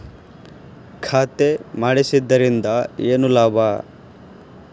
ಖಾತೆ ಮಾಡಿಸಿದ್ದರಿಂದ ಏನು ಲಾಭ?